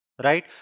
right